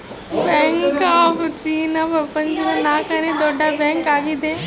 bank of China ಪ್ರಪಂಚದ ನಾಲ್ಕನೆ ದೊಡ್ಡ ಬ್ಯಾಂಕ್ ಆಗ್ಯದ